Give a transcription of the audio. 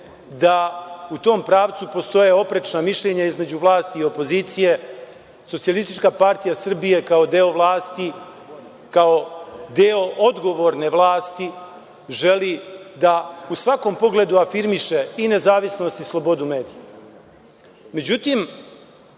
da u tom pravcu postoje oprečna mišljenja između vlasti i opozicije. Socijalistička partija Srbije, kao deo vlasti, kao deo odgovorne vlasti, želi da u svakom pogledu afirmiše i nezavisnost i slobodu